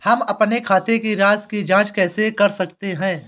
हम अपने खाते की राशि की जाँच कैसे कर सकते हैं?